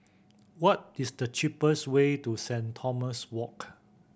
what is the cheapest way to Saint Thomas Walk